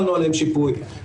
אמרתי שהייתה טעות,